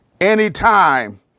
anytime